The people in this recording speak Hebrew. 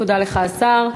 תודה לך, השר.